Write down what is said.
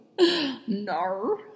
no